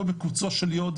כחודש לפני גיוסי לצה"ל,